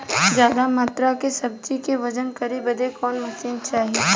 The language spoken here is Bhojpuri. ज्यादा मात्रा के सब्जी के वजन करे बदे कवन मशीन चाही?